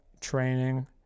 training